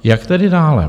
Jak tedy dále?